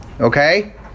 Okay